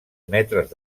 metres